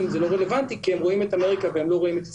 זה לא רלוונטי כי הם רואים את אמריקה והם לא רואים את ישראל.